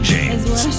James